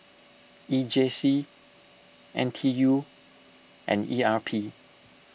E J C N T U and E R P